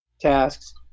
tasks